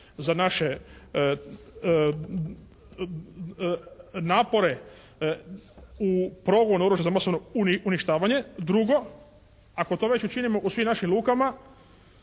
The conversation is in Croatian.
za naše napore u progonu oružja za masovno uništavanje. Drugo, ako to već činimo u svim našim lukama